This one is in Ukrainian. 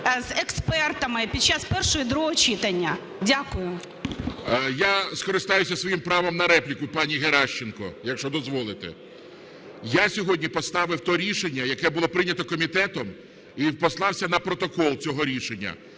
з експертами під час першого і другого читання. Дякую. ГОЛОВУЮЧИЙ. Я скористаюся своїм правом на репліку, пані Геращенко, якщо дозволите. Я сьогодні поставив те рішення, яке було прийнято комітетом, і послався на протокол цього рішення.